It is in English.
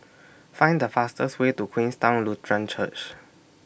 Find The fastest Way to Queenstown Lutheran Church